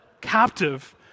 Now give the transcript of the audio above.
Captive